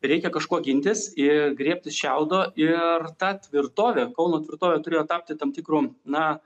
reikia kažkuo gintis ir griebtis šiaudo ir ta tvirtovė kauno tvirtovė turėjo tapti tam tikru na